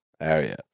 area